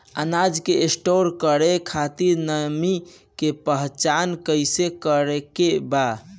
अनाज के स्टोर करके खातिर नमी के पहचान कैसे करेके बा?